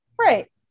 right